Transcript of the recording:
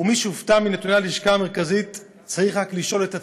ומי שהופתע מנתוני הלשכה המרכזית לסטטיסטיקה צריך רק לשאול את עצמו.